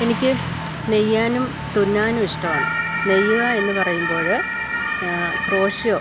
എനിക്ക് നെയ്യാനും തുന്നാനും ഇഷ്ടമാണ് നെയ്യുക എന്ന് പറയുമ്പോൾ ക്രോഷ്യോ